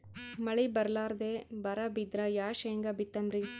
ಮಳಿ ಬರ್ಲಾದೆ ಬರಾ ಬಿದ್ರ ಯಾ ಶೇಂಗಾ ಬಿತ್ತಮ್ರೀ?